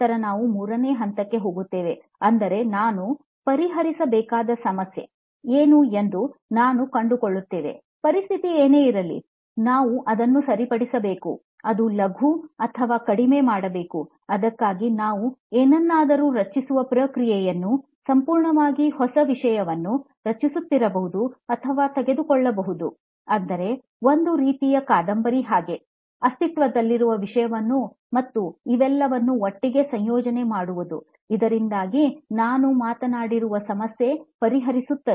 ನಂತರ ನಾವು ಮೂರನೇ ಹಂತಕ್ಕೆ ಹೋಗುತ್ತೇವೆ ಅಂದರೆ ನಾವು ಪರಿಹರಿಸಬೇಕಾದ ಸಮಸ್ಯೆ ಏನು ಎಂದು ನಾವು ಕಂಡುಕೊಂಡಿದ್ದೇವೆ ಪರಿಸ್ಥಿತಿ ಏನೇ ಇರಲಿ ನಾವು ಅದನ್ನು ಸರಿಪಡಿಸಬೇಕು ಅದನ್ನು ಲಘು ಅಥವಾ ಕಡಿಮೆ ಮಾಡಬೇಕು ಅದಕ್ಕಾಗಿ ನಾವು ಏನನ್ನಾದರೂ ರಚಿಸುವ ಪ್ರಕ್ರಿಯೆಯನ್ನು ಸಂಪೂರ್ಣವಾಗಿ ಹೊಸ ವಿಷಯವನ್ನು ರಚಿಸುತ್ತಿರಬಹುದು ಅಥವಾ ತೆಗೆದುಕೊಳ್ಳಬಹುದು ಅಂದರೆ ಒಂದು ರೀತಿಯ ಕಾದಂಬರಿ ಹಾಗೆ ಅಸ್ತಿತ್ವದಲ್ಲಿರುವ ವಿಷಯವನ್ನು ಮತ್ತು ಇವೆಲ್ಲವೂ ಒಟ್ಟಿಗೆ ಸಂಯೋಜನೆ ಮಾಡುವುದು ಇದರಿಂದಾಗಿ ನಾವು ಮಾತನಾಡಿರುವ ಸಮಸ್ಯೆ ಪರಿಹರಿಸುತ್ತದೆ